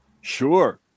Sure